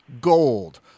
gold